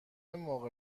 موقع